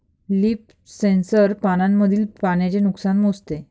leaf sensor पानांमधील पाण्याचे नुकसान मोजते